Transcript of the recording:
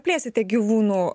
plėsite gyvūnų